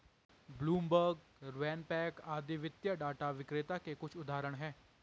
Bloomberg, RavenPack आदि वित्तीय data विक्रेता के कुछ उदाहरण हैं